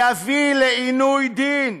יביא לעינוי דין.